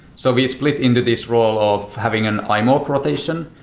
so we split into this role of having an ah imoc rotation.